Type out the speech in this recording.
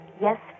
Yes